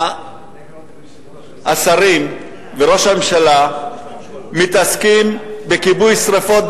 השרים וראש הממשלה מתעסקים בכיבוי שרפות,